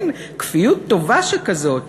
מין כפיות טובה שכזאת.